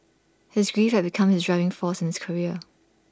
his grief had become his driving force in his career